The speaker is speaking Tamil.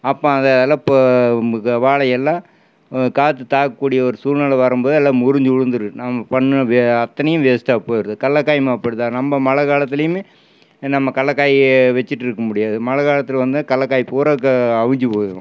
அப்போ அந்த எலை வாழை எல்லாம் காற்று தாக்க கூடிய ஒரு சூல்நெலை வரும் போது எல்லாம் முறிஞ்சு விழுந்துடும் நம்ம பண்ண அத்தனையும் வேஸ்ட்டாக போய்டுது கடல காயும் அப்படி தான் நம்ம மழை காலத்துலேயுமே நம்ம கடல காயை வச்சுட்டு இருக்க முடியாது மழை காலத்தில் வந்து கடல காய் பூராக அவிஞ்சு போய்டும்